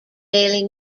daily